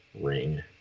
Ring